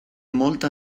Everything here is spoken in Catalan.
molta